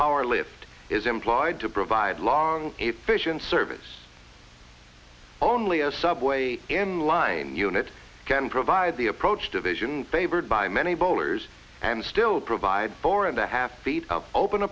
power lift is employed to provide long efficient service only a subway in line unit can provide the approach division favored by many bowlers and still provide four and a half feet of open